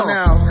now